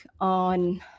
on